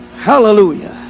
hallelujah